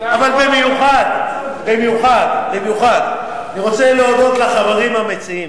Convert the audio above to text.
אבל במיוחד אני רוצה להודות לחברים המציעים,